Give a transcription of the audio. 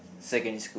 secondary school